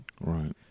Right